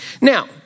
Now